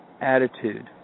attitude